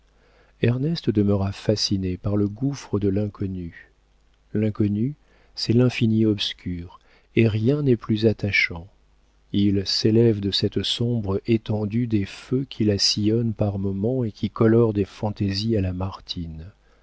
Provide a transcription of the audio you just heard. ernest demeura fasciné par le gouffre de l'inconnu l'inconnu c'est l'infini obscur et rien n'est plus attachant il s'élève de cette sombre étendue des feux qui la sillonnent par moments et qui colorent des fantaisies à la